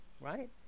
right